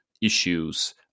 issues